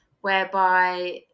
whereby